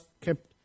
kept